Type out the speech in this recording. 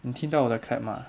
你听到我的 clap mah